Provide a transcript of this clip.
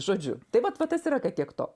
žodžiu tai vat va tas yra kad tiek to